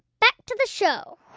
back to the show